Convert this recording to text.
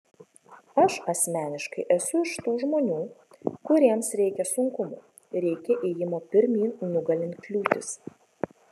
aš asmeniškai esu iš tų žmonių kuriems reikia sunkumų reikia ėjimo pirmyn nugalint kliūtis